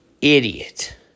idiot